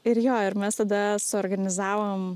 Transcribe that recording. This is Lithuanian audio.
ir jo ir mes tada suorganizavom